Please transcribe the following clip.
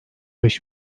beş